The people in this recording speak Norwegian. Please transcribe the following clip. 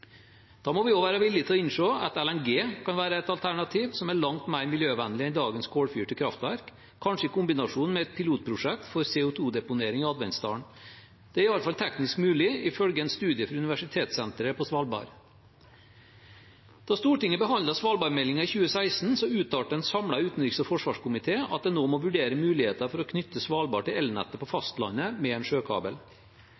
Da må vi også være villige til å innse at LNG kan være et alternativ som er langt mer miljøvennlig enn dagens kullfyrte kraftverk, kanskje i kombinasjon med et pilotprosjekt for CO 2 -deponering i Adventdalen. Det er i alle fall teknisk mulig, ifølge en studie fra Universitetssenteret på Svalbard. Da Stortinget behandlet svalbardmeldingen i 2016, uttalte en samlet utenriks- og forsvarskomité at en nå må vurdere muligheter for å knytte Svalbard til elnettet på